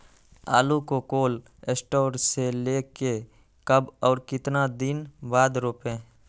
आलु को cold store से ले के कब और कितना दिन बाद रोपे?